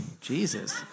Jesus